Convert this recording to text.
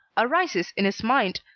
arises in his mind,